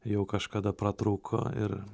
jau kažkada pratrūko ir